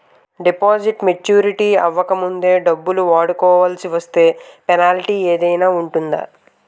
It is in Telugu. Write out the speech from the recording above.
డిపాజిట్ మెచ్యూరిటీ అవ్వక ముందే డబ్బులు వాడుకొవాల్సి వస్తే పెనాల్టీ ఏదైనా పడుతుందా?